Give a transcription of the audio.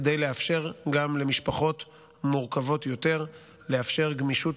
לאפשר גם למשפחות מורכבות יותר גמישות